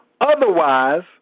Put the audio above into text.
otherwise